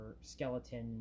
skeleton